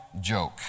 joke